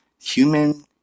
human